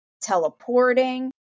teleporting